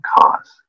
cause